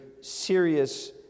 serious